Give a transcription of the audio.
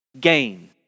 gain